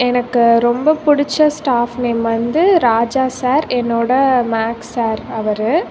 எனக்கு ரொம்ப பிடிச்ச ஸ்டாஃப் நேம் வந்து ராஜா சார் என்னோடய மேக்ஸ் சார் அவர்